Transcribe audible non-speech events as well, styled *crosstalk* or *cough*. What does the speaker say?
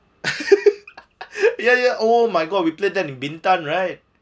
*laughs* ya ya oh my god we played that in bintan right